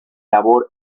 labor